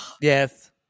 Yes